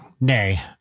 nay